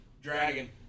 Dragon